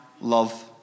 love